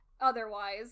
otherwise